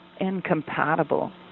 incompatible